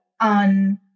on